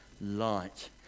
light